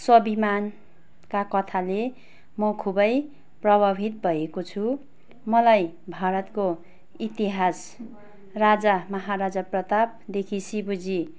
स्वाभिमानका कथाले मो खुबै प्रभावित भएको छु मलाई भारतको इतिहास राजा माहाराजा प्रतापदेखि शिवजी